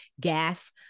gas